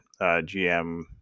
GM